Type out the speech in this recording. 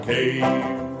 Cave